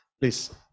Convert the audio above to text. please